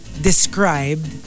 described